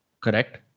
Correct